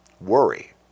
worry